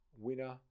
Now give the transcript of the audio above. winner